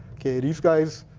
these guys,